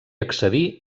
accedí